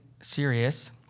serious